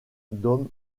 dome